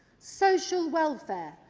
social welfare,